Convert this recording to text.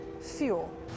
fuel